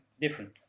different